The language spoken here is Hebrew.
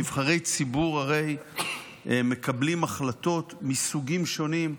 נבחרי ציבור הרי מקבלים החלטות מסוגים שונים,